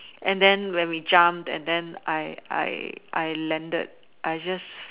and then when we jumped and then I I I landed I just